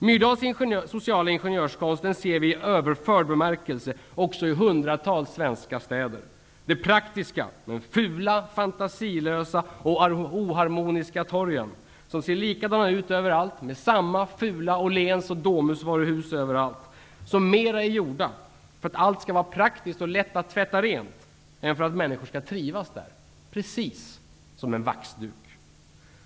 Myrdals sociala ingenjörskonst ser vi i överförd bemärkelse också i hundratals svenska städer. De praktiska, fula, fantasilösa och oharmoniska torgen ser likadana ut överallt med samma fula Åhléns och Domusvaruhus. De är mer gjorda för att allt skall vara praktiskt och lätt att tvätta rent än för att människor skall trivas där. De är precis som en vaxduk.